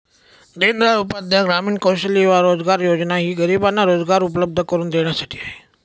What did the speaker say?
दीनदयाल उपाध्याय ग्रामीण कौशल्य युवा रोजगार योजना ही गरिबांना रोजगार उपलब्ध करून देण्यासाठी आहे